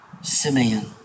Simeon